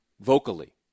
vocally